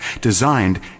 designed